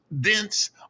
dense